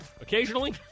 occasionally